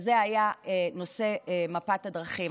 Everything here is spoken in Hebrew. וזה היה נושא מפת הדרכים.